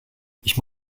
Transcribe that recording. ich